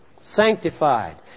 sanctified